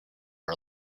are